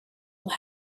will